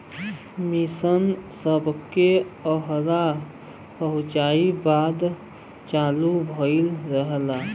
mission सबके आहार पहुचाए बदे चालू भइल रहल